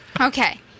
Okay